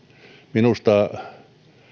minusta